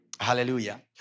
Hallelujah